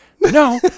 no